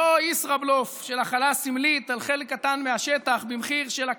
לא ישראבלוף של החלה סמלית על חלק קטן מהשטח במחיר של הכרה,